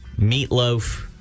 meatloaf